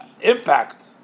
impact